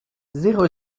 zéro